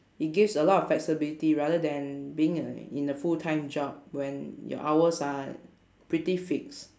it gives a lot of flexibility rather than being in a in a full time job when your hours are pretty fixed